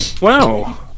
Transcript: wow